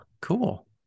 cool